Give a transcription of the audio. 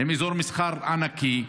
הם אזור מסחר ענקי,